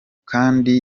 kandi